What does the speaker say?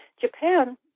Japan